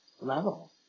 level